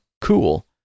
cool